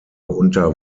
unter